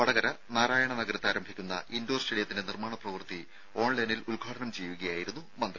വടകര നാരായണ നഗരത്ത് ആരംഭിക്കുന്ന ഇൻഡോർ സ്റ്റേഡിയത്തിന്റെ നിർമ്മാണ പ്രവൃത്തി ഓൺലൈനിൽ ഉദ്ഘാടനം ചെയ്യുകയായിരുന്നു മന്ത്രി